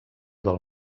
del